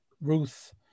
Ruth